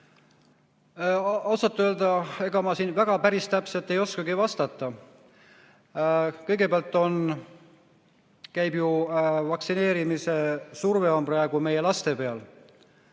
Ausalt öelda ega ma siin päris täpselt ei oskagi vastata. Kõigepealt käib ju vaktsineerimise surve praegu meie laste peal.